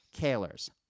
Kalers